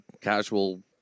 casual